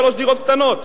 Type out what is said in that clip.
שלוש דירות קטנות,